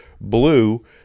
blue